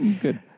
Good